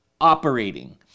operating